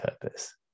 purpose